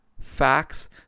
facts